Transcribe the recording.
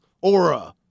aura